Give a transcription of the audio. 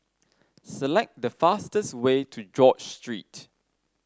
select the fastest way to George Street